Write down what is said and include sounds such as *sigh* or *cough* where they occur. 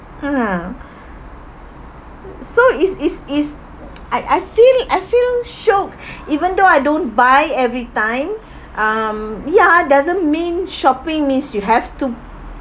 (uh huh) so is is is I I feel it I feel shiok *breath* even though I don't buy every time um ya doesn't mean shopping means you have to